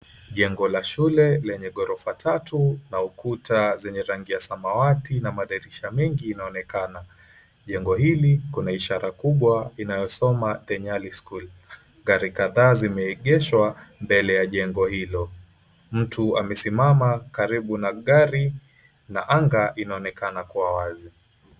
Jengo la shule lenye ghorofa tatu na ukuta zenye rangi ya samawati na madirisha mengi inaonekana, jengo hili kuna ishara kubwa inayosoma, The Nyali School. Gari kadhaa zimeegeshwa mbele ya jengo hilo mtu amesimama karibu na gari na anga inaonekana kuwa wazi.